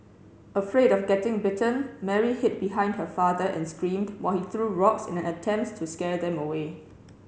afraid of getting bitten Mary hid behind her father and screamed while he threw rocks in an attempt to scare them away